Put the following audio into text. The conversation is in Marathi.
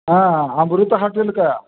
हां अमृता हॉटेल का